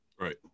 right